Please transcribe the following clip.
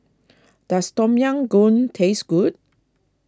does Tom Yam Goong taste good